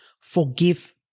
forgive